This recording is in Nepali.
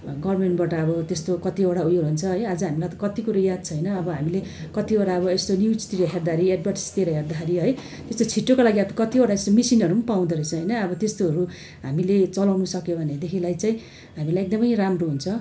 गभमेन्टबाट अब त्यस्तो कतिवटा ऊ योहरू हुन्छ है अझ हामीलाई त कति कुरो याद छैन अब हामीले कतिवटा अब यस्तो न्युजतिर हेर्दाखेरि एडभर्टाइसतिर हेर्दाखेरि है त्यस्तो छिटोको लागि अब कतिवटा यस्तो मिसिनहरू पनि पाउँदो रहेछ होइन अब त्यस्तोहरू हामीले चलाउनु सक्यो भनेदेखिलाई चाहिँ हामीलाई एकदमै राम्रो हुन्छ